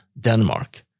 Denmark